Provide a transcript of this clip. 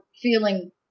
feeling